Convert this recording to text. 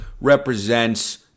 represents